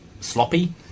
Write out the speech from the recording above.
sloppy